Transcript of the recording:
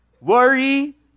worry